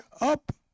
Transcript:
up